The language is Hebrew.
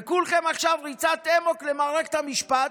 כולכם עכשיו בריצת אמוק למערכת המשפט,